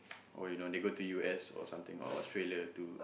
or you know they go to U_S or something or Australia too